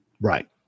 Right